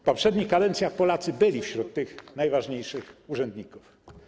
W poprzednich kadencjach Polacy byli wśród tych najważniejszych urzędników.